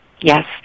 Yes